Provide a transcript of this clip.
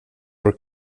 for